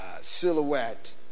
silhouette